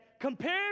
compared